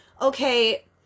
okay